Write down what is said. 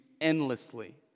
endlessly